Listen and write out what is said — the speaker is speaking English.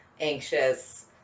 anxious